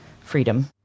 freedom